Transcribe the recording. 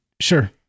Sure